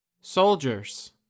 soldiers